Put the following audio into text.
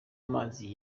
mazi